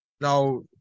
Now